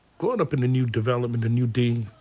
growing up in a new development, a new d.